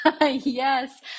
yes